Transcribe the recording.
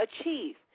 achieve